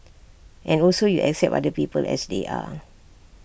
and also you accept other people as they are